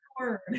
word